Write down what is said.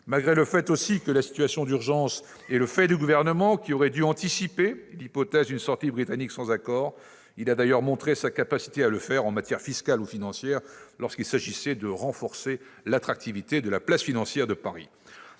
aussi le fait que la situation d'urgence est pour partie le fait du Gouvernement, qui aurait dû anticiper l'hypothèse d'une sortie britannique sans accord ; il a d'ailleurs montré sa capacité à le faire en matière fiscale ou financière, lorsqu'il s'agissait de « renforcer » l'attractivité de la place financière de Paris.